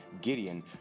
Gideon